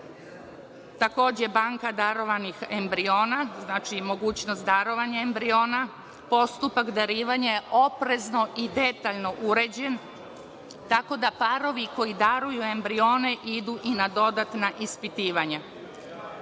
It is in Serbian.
Takođe, banka darovanih embriona, znači mogućnost darovanja embriona, postupak darivanja je oprezno i detaljno uređen, tako da parovi koji daruju embrione idu i na dodatna ispitivanja.